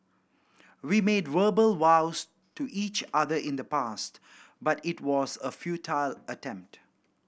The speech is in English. we made verbal vows to each other in the past but it was a futile attempt